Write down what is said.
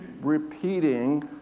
repeating